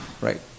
right